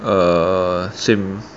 err same